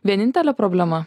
vienintelė problema